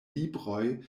libroj